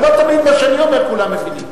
אבל לא תמיד מה שאני אומר כולם מבינים.